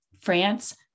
France